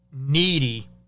needy